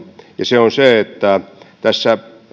se on se että tässä